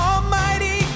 Almighty